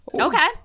Okay